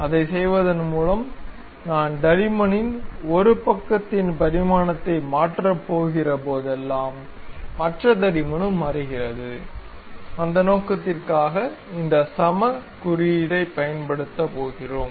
அதைச் செய்வதன் மூலம் நான் தடிமனின் ஒரு பக்கத்தின் பரிமாணத்தை மாற்றப் போகிற போதெல்லாம் மற்ற தடிமனும் மாறுகிறது அந்த நோக்கத்திற்காக இந்த சம குறியீட்டைப் பயன்படுத்தப் போகிறோம்